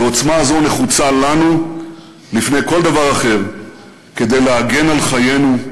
ועוצמה זו נחוצה לנו לפני כל דבר אחר כדי להגן על חיינו,